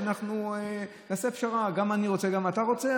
אנחנו נעשה פשרה: גם אני רוצה וגם אתה רוצה,